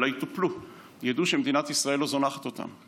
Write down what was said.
אלא יטופלו וידעו שמדינת ישראל לא זונחת אותם.